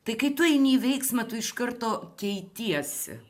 tai kai tu eini į veiksmą tu iš karto keitiesi